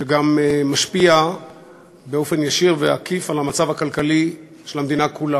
שגם משפיע באופן ישיר ועקיף על המצב הכלכלי של המדינה כולה,